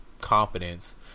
confidence